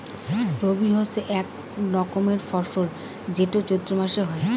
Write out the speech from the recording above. রবি হসে আক রকমের ফসল যেইটো চৈত্র মাসে হই